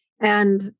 And-